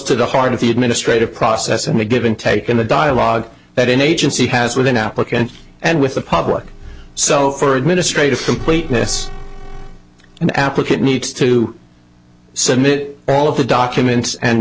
to the heart of the administrative process in a given take in the dialogue that an agency has with an applicant and with the public sell for administrative completeness an applicant needs to submit all of the documents and